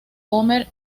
homer